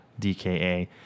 DKA